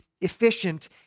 efficient